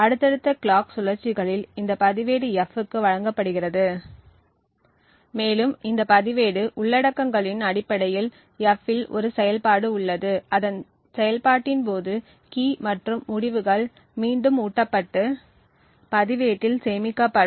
அடுத்தடுத்த கிளாக் சுழற்சிகளில் இந்த பதிவேடு F க்கு வழங்கப்படுகிறது மேலும் இந்த பதிவேடு உள்ளடக்கங்களின் அடிப்படையில் F இல் ஒரு செயல்பாடு உள்ளது அதன் செயல்பாட்டின் போது கீ மற்றும் முடிவுகள் மீண்டும் ஊட்டப்பட்டு பதிவேட்டில் சேமிக்கப்படும்